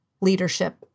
leadership